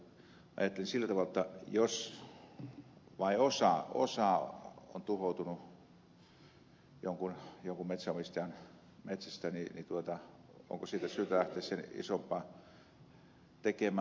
ajattelin sillä tavalla että jos vain osa on tuhoutunut jonkun metsänomistajan metsästä niin onko siitä syytä lähteä sen isompaa tekemään